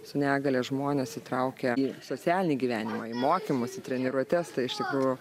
su negalia žmones įtraukia į socialinį gyvenimą į mokymus į treniruotes tai iš tikrųjų